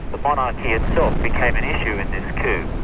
but monarchy itself became an issue in this coup.